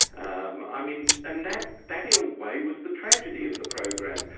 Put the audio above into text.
um i mean, and that that in a way was the tragedy of the program.